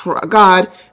God